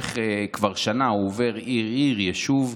במשך שנה, הוא עובר עיר-עיר, יישוב,